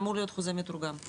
אמור להיות חוזה מתורגם.